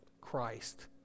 Christ